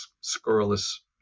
scurrilous